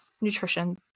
nutrition